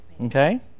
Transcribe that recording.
Okay